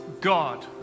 God